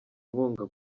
inkunga